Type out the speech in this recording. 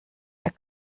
der